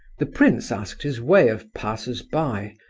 the prince asked his way of passers-by,